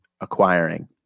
acquiring